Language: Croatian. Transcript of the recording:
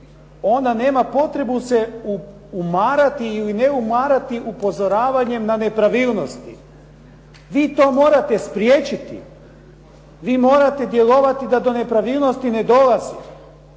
Ona nema potrebu se umarati ili ne umarati upozoravanjem na nepravilnosti. Vi to morate spriječiti. Vi morate djelovati da do nepravilnosti ne dolazi.